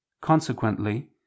Consequently